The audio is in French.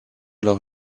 leur